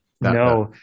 No